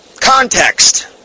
context